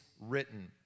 written